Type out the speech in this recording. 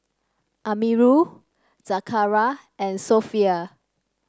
Amirul Zakaria and Sofea